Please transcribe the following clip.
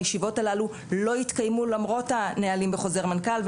הישיבות הללו לא התקיימו למרות הנהלים בחוזר מנכ"ל,